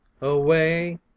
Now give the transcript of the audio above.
away